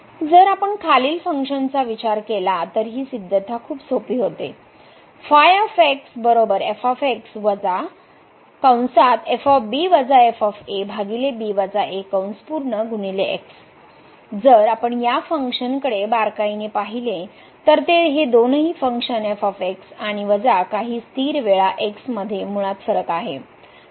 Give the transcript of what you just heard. जर आपण खालील फंक्शनचा विचार केला तर हि सिद्धता खूप सोपी आहे जर आपण या फंक्शन कडे बारकाईने पाहिले तर हे दोनही फंक्शन f आणि वजा काही स्थिर वेळा x मध्ये मुळात फरक आहे